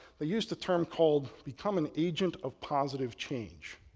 they used the term called become an agent of positive change.